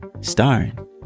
starring